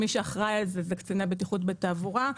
מי שאחראי על זה הם קציני הבטיחות בתעבורה.